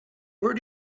where